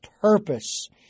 purpose